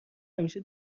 همیشه